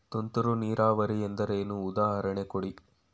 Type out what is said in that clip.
ತುಂತುರು ನೀರಾವರಿ ಎಂದರೇನು, ಉದಾಹರಣೆ ಕೊಡಿ?